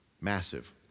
massive